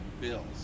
bills